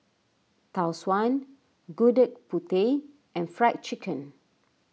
Tau Suan Gudeg Putih and Fried Chicken